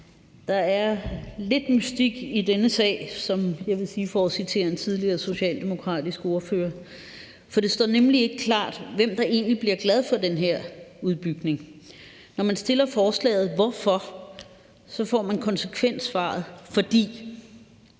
Der er lidt mystik i denne sag – for at citere en tidligere socialdemokratisk ordfører. Det står nemlig ikke klart, hvem der egentlig bliver glad for den her udbygning. Når man stiller spørgsmålet »Hvorfor?«, får man konsekvent svaret »Fordi«.